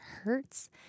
hurts